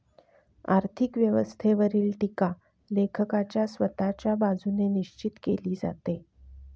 आर्थिक व्यवस्थेवरील टीका लेखकाच्या स्वतःच्या बाजूने निश्चित केली जाते